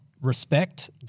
respect